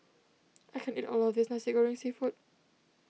I can't eat all of this Nasi Goreng Seafood